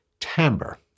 timbre